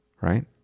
right